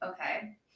Okay